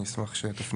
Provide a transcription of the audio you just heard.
אני אשמח שתפני.